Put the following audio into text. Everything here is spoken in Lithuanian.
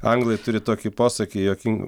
anglai turi tokį posakį juokin